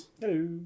Hello